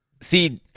See